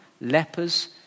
Lepers